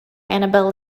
annabel